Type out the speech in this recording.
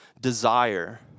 desire